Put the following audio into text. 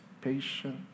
patient